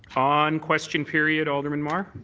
on question period, alderman mar.